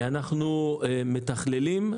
אנחנו מתכללים,